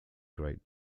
great